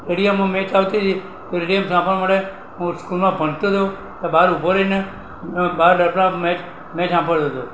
રેડિયામાં match આવતી હતી તો રેડિયોમાં સાંભળવા માટે હું સ્કૂલમાં ભણતો તો તે બહાર ઊભો રહીને બહાર બાંકડા પર મેચ મેચ સાંભળતો હતો